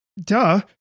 duh